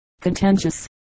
contentious